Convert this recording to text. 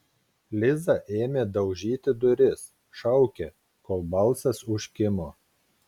liza ėmė daužyti duris šaukė kol balsas užkimo